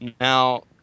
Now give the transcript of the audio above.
Now